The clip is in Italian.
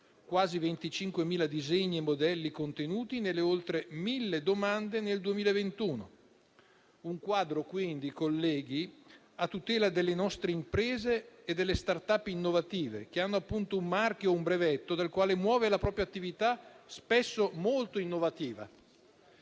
quasi 25.000 i disegni e i modelli contenuti nelle oltre mille domande nel 2021. Un quadro, quindi, colleghi, a tutela delle nostre imprese e delle *start up* innovative, che hanno appunto un marchio ed un brevetto dal quale muovere la propria attività, spesso molto innovativa.